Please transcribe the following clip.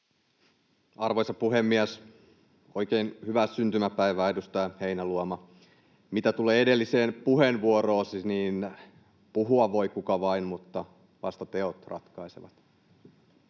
Arvoisa puhemies! Oikein hyvää syntymäpäivää, edustaja Heinäluoma. Mitä tulee edelliseen puheenvuoroon: puhua voi kuka vaan, mutta vasta teot ratkaisevat.